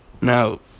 Now